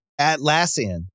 Atlassian